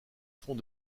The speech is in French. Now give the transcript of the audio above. font